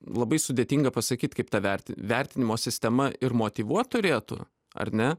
labai sudėtinga pasakyt kaip ta verti vertinimo sistema ir motyvuot turėtų ar ne